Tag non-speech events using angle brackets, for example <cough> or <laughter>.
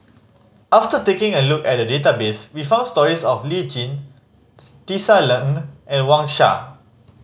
after taking a look at the database we found stories of Lee Tjin <unintelligible> Tisa Ng and Wang Sha